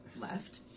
left